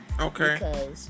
Okay